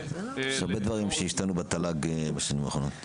-- יש הרבה דברים שהשתנו בתל"ג בשנים האחרונות.